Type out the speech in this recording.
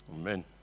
Amen